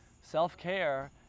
Self-care